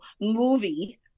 movie